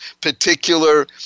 particular